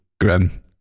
grim